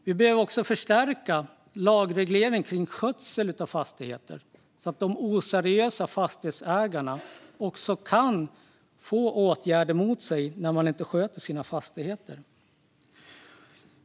Vi behöver också förstärka lagregleringen gällande skötsel av fastigheter så att åtgärder kan riktas mot oseriösa fastighetsägare som inte sköter sina fastigheter.